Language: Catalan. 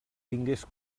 tingués